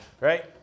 right